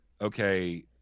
okay